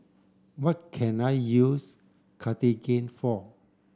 what can I use Cartigain for